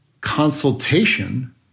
consultation